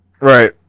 right